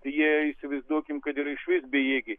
tai jie įsivaizduokim kad yra išvis bejėgiai